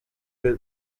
you